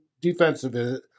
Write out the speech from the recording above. defensive